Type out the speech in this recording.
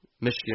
Michigan